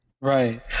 Right